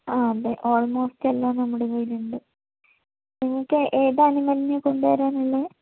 ആ അതേ ഓൾമോസ്റ്റെല്ലാം നമ്മുടെ കയ്യിലുണ്ട് നിങ്ങള്ക്ക് ഏതാനിമലിനെയാണു കൊണ്ടുവരാനുള്ളത്